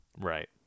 Right